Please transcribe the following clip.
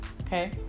okay